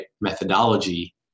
methodology